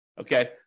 okay